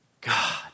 God